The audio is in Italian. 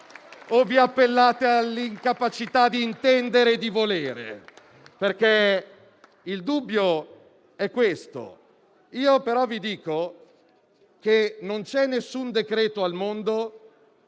o vi appellate all'incapacità di intendere e di volere? Il dubbio è questo. Vi dico però che non c'è nessun decreto al mondo